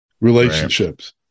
relationships